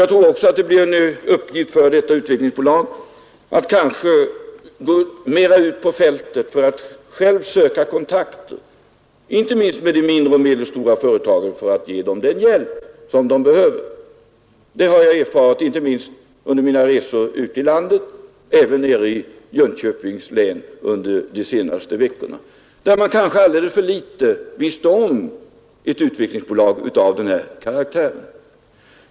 Jag tror också att det blir en uppgift för detta utvecklingsbolag att mera gå ut på fältet för att självt söka kontakter, inte minst med de mindre och medelstora företagen för att ge dessa den hjälp de behöver. Detta har jag erfarit inte minst under mina resor ute i landet och även nere i Jönköpings län de senaste veckorna. Där visste man kanske alldeles för litet om att det finns ett utvecklingsbolag av den här karaktären.